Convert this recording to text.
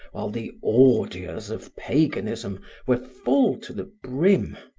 while the ordures of paganism were full to the brim.